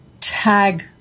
tag